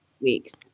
weeks